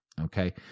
okay